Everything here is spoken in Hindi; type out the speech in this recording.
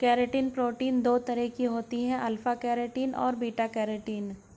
केरेटिन प्रोटीन दो तरह की होती है अल्फ़ा केरेटिन और बीटा केरेटिन